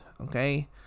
Okay